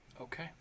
Okay